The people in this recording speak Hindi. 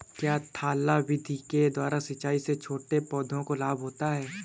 क्या थाला विधि के द्वारा सिंचाई से छोटे पौधों को लाभ होता है?